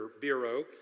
Bureau